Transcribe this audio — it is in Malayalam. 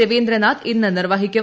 രവീന്ദ്രനാഥ് ഇന്ന് നിർവ്വഹിക്കും